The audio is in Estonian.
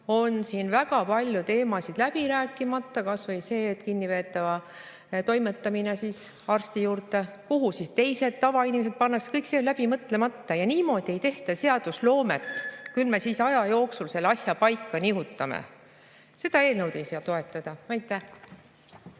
on siin väga palju teemasid läbi rääkimata. Kas või see kinnipeetava toimetamine arsti juurde: kuhu siis teised, tavainimesed pannakse? Kõik see on läbi mõtlemata. Niimoodi ei tehta seadusloomet, et küll me siis aja jooksul selle asja paika nihutame. Seda eelnõu ei saa toetada. Aitäh!